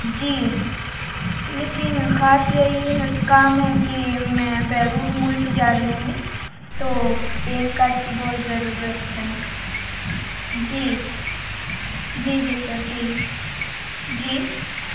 جی لیکن خاص یہ یہ ہے کام ہے کہ میں بیرون ملک جا رہی ہوں تو پین کارڈ کی بہت ضرورت ہے جی جی جی سر جی جی